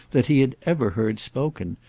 that he had ever heard spoken,